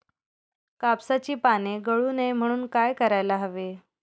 कापसाची पाने गळू नये म्हणून काय करायला हवे?